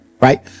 right